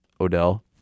Odell